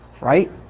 right